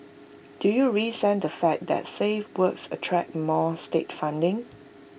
do you resent the fact that safe works attract more state funding